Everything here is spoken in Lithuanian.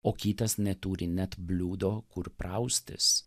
o kitas neturi net bliūdo kur praustis